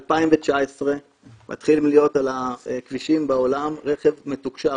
ב-2019 מתחיל להיות על הכבישים בעולם רכב מתוקשר,